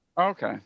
Okay